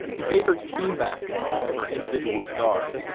he favored team basketball over individual stars,